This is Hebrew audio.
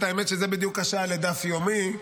האמת שזו בדיוק השעה לדף יומי.